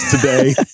today